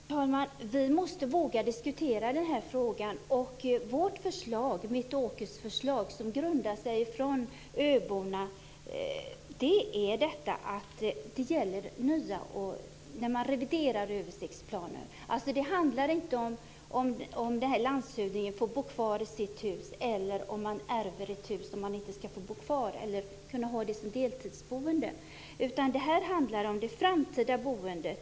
Fru talman! Vi måste våga diskutera den här frågan. Vårt förslag, mitt och Åkes Carnerös förslag som grundar sig på öborna, gäller det nya och när man reviderar översiktsplaner. Det handlar inte om huruvida landshövdingen får bo kvar i sitt hus eller om att man ärver ett hus och inte ska få bo kvar eller ha det som deltidsboende. Det här handlar om det framtida boendet.